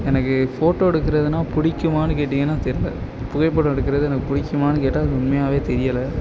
எனக்கு ஃபோட்டோ எடுக்கிறதுனா பிடிக்குமானு கேட்டீங்கன்னால் தெரியல புகைப்படம் எடுக்கிறது எனக்கு பிடிக்குமானு கேட்டால் அது உண்மையாகவே தெரியலை